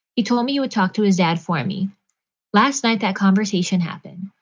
he told me you would talk to his dad for me last night. that conversation happened.